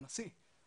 הנשיא.